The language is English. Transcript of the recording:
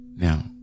Now